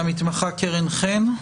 והמתמחה קרן חן,